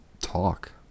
talk